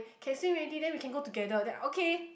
can swim already then we can go together then I okay